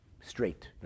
straight